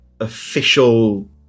official